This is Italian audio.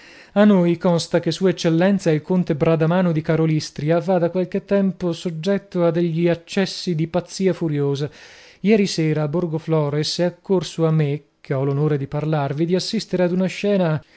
a noi consta che sua eccellenza il conte bradamano di karolystria va da qualche tempo soggetto a degli accessi di pazzia furiosa ieri sera a borgoflores è occorso a me che ho l'onore di parlarvi di assistere ad una scena